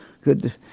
good